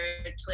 Twitter